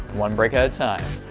one breaker at a time.